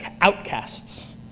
outcasts